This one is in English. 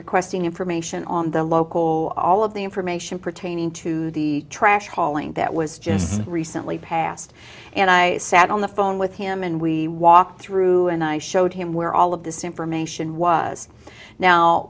requesting information on the local all of the information pertaining to the trash hauling that was just recently passed and i sat on the phone with him and we walked through and i showed him where all of this information was now